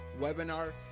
webinar